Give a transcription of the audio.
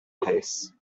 pace